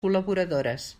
col·laboradores